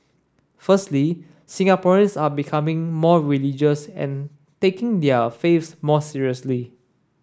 firstly Singaporeans are becoming more religious and taking their faiths more seriously